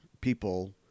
people